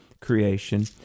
creation